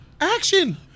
action